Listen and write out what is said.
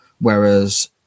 Whereas